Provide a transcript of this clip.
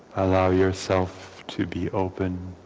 allow yourself to be open